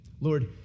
Lord